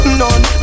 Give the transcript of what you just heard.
none